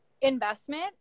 investment